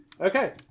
Okay